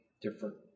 different